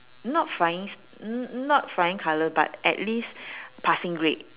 not flying n~ not flying colours but at least passing grade